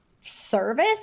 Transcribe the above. service